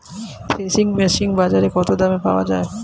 Threshing machine বাজারে কত দামে পাওয়া যায়?